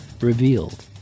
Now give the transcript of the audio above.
revealed